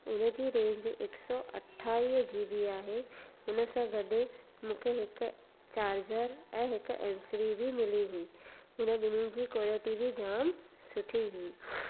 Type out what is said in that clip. हुन जी रेंज हिकु सौ अठावीह जीबी आहे हुन सां गॾु मूंखे हिकु चार्जर ऐं हिकु ऐंसरी बि मिली हुई हुन ॿिन्हनि जी क्वालिटी बि जाम सुठी हुई